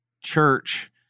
church